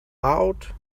out